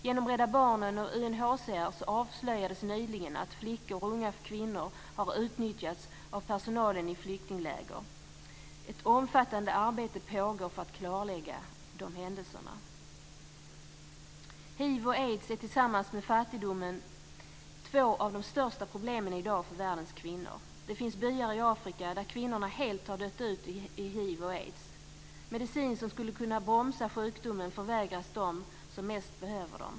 Genom Rädda Barnen och UNHCR avslöjades nyligen att flickor och unga kvinnor har utnyttjats av personalen i flyktingläger. Ett omfattande arbete pågår för att klarlägga de händelserna. Hiv och aids är tillsammans med fattigdomen två av de största problemen i dag för världens kvinnor. Det finns byar i Afrika där kvinnorna helt har dött ut i hiv och aids. Medicin som skulle kunna bromsa sjukdomen förvägras dem som mest behöver den.